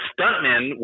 Stuntmen